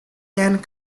and